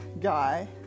guy